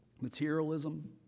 materialism